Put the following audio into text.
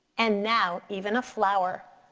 and now even a flower.